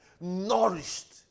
nourished